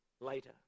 later